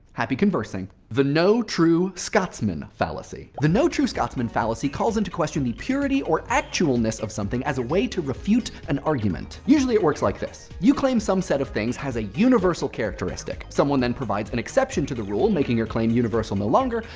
happy conversing. the no true scotsman fallacy. the no true scotsman fallacy calls into question the purity or actualness of something as a way to refute an argument. usually it works like this you claim some set of things has a universal characteristic. someone then provides an exception to the rule, making your claim universal no longer.